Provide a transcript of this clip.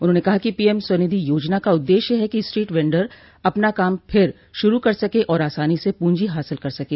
उन्होंने कहा कि पीएम स्वनिधि योजना का उद्देश्य है कि स्ट्रीट वेंडर अपना काम फिर शुरू कर सकें और आसानी से प्रंजी हासिल कर सकें